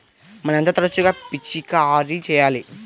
మనం ఎంత తరచుగా పిచికారీ చేయాలి?